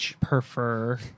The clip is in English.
prefer